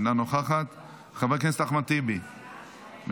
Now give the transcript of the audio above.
אינה נוכחת, חבר הכנסת אחמד טיבי, מוותר.